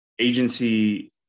agency